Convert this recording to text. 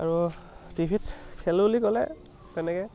আৰু টিভি ত খেল বুলি ক'লে তেনেকৈ